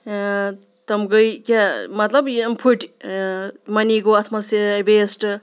تِم گٔے کیا مطلب یِم پھٔٹۍ منی گوٚو اَتھ منٛز ویسٹ